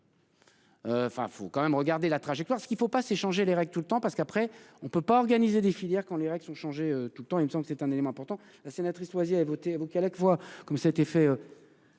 Enfin faut quand même regarder la trajectoire ce qu'il faut pas changer les règles tout le temps parce qu'après on peut pas organiser des filières quand les règles sont changées, tout le temps il me semble, c'est un élément important sénatrice loisirs et voter vous Khalek voit comme ça a été fait.